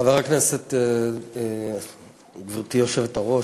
גברתי היושבת-ראש,